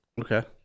okay